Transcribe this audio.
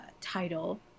title